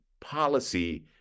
policy